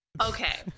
Okay